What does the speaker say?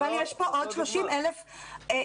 אבל יש פה עוד 30,000 אנשים,